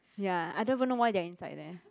ya I don't even know why they are inside there